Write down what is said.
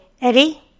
Eddie